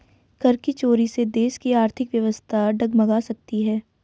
कर की चोरी से देश की आर्थिक व्यवस्था डगमगा सकती है